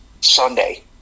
Sunday